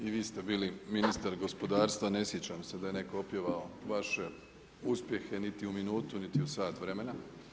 I vi ste bili ministar gospodarstva, ne sjećam se da je netko opjevao vaše uspjehe niti u minutu, niti u sat vremena.